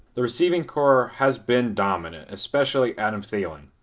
the receiving core has been dominant, especially adam thielen.